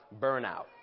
burnout